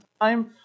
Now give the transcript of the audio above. time